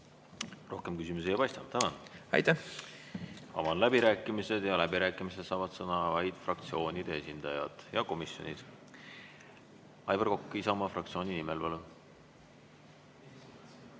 Rohkem küsimusi ei paista. Tänan! Avan läbirääkimised. Läbirääkimistel saavad sõna vaid fraktsioonide esindajad ja komisjonid. Aivar Kokk Isamaa fraktsiooni nimel, palun!